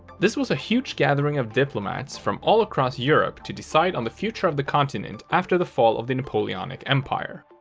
this was a huge gathering of diplomats from all across europe to decide on the future of the continent after the fall of the napoleonic empire.